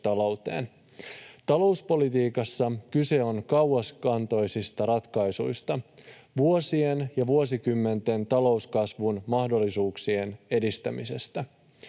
talouteen. Talouspolitiikassa kyse on kauaskantoisista ratkaisuista, vuosien ja vuosikymmenten talouskasvun mahdollisuuksien edistämisestä.